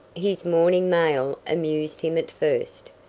his morning mail amused him at first,